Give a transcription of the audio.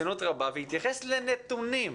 ברצינות רבה והתייחס לנתונים.